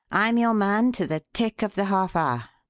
i'm your man to the tick of the half hour.